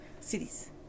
Cities